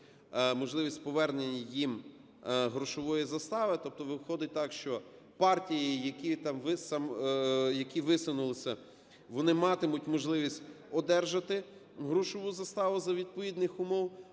можливість повернення їм грошової застави. Тобто виходить так, що партії, які висунулися, вони матимуть можливість одержати грошову заставу за відповідних умов,